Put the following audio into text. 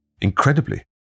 Incredibly